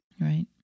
Right